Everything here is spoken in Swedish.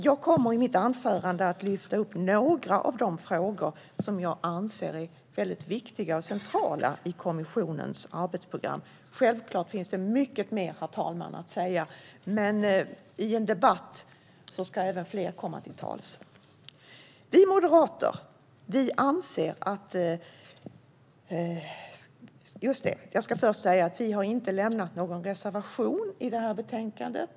Jag kommer i mitt anförande att lyfta upp några av de frågor som jag anser är viktiga och centrala i kommissionens arbetsprogram. Självklart finns det mycket mer att säga, herr talman, men i en debatt ska fler få komma till tals. Vi moderater har inte lämnat någon reservation i det här betänkandet.